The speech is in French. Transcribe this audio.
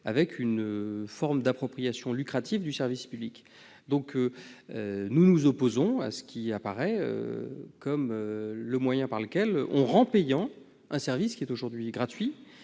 et une forme d'appropriation lucrative du service public. Nous nous opposons donc à ce qui apparaît comme le moyen par lequel on rend payant un service aujourd'hui gratuit,